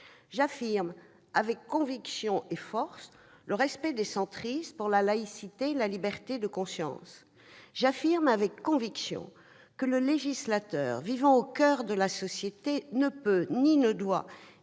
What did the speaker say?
J'affirme avec conviction et force le respect des centristes pour la laïcité et la liberté de conscience. J'affirme avec conviction que le législateur, vivant au coeur de la société, ne peut ni ne doit